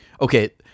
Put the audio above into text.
okay